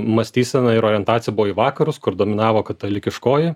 mąstysena ir orientacija buvo į vakarus kur dominavo katalikiškoji